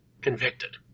convicted